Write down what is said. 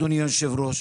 אדוני היושב-ראש,